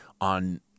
on